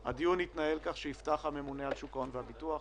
הדיון יתנהל כך: יפתח הממונה על שוק ההון והביטוח,